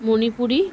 Manipuri